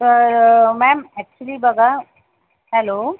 तर ma'am actually बघा hello